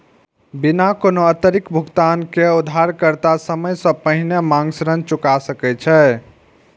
बिना कोनो अतिरिक्त भुगतान के उधारकर्ता समय सं पहिने मांग ऋण चुका सकै छै